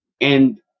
And-